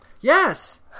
Yes